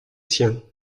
siens